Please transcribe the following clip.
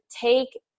take